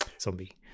zombie